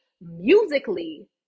musically